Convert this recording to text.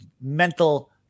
mental